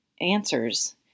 answers